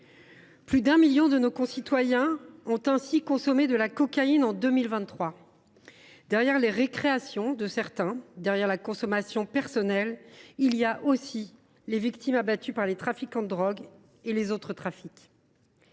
Plus d’un million de nos concitoyens ont ainsi consommé de la cocaïne en 2023. Derrière les récréations de certains, derrière la consommation personnelle, il y a aussi les victimes abattues par les trafiquants de drogue et les tenants d’autres trafics.